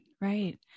Right